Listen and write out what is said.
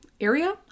area